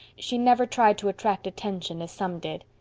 she never tried to attract attention, as some did.